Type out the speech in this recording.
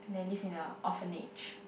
they live in a orphanage